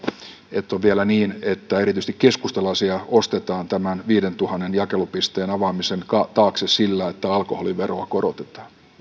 että on vielä niin että erityisesti keskustalaisia ostetaan tämän viiteentuhanteen jakelupisteen avaamisen taakse sillä että alkoholiveroa korotetaan